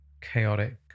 chaotic